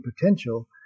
potential